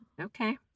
Okay